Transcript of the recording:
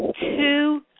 two